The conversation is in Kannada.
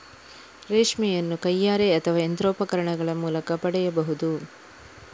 ರೇಷ್ಮೆಯನ್ನು ಕೈಯಾರೆ ಅಥವಾ ಯಂತ್ರೋಪಕರಣಗಳ ಮೂಲಕ ಪಡೆಯಬಹುದು